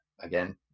again